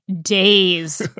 days